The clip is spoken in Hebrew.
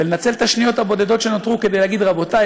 ולנצל את השניות שנותרו כדי להגיד: רבותיי,